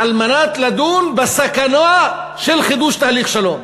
על מנת לדון בסכנה של חידוש תהליך שלום.